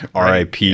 RIP